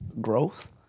growth